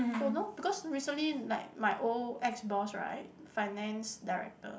don't because recently like my old ex boss right finance director